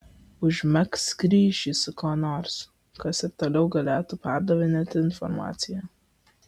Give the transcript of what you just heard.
užmegzk ryšį su kuo nors kas ir toliau galėtų perdavinėti informaciją